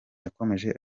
yakomeje